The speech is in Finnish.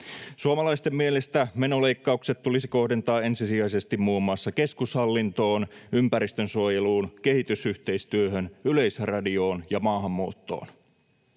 Suomalaisten mielestä menoleikkaukset tulisi kohdentaa ensisijaisesti muun muassa keskushallintoon, ympäristönsuojeluun, kehitysyhteistyöhön, Yleisradioon ja maahanmuuttoon.